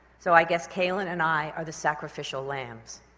so i guess calen and i are the sacrificial lambs.